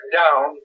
down